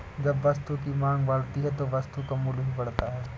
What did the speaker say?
जब वस्तु की मांग बढ़ती है तो वस्तु का मूल्य भी बढ़ता है